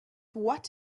what